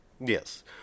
Yes